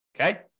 Okay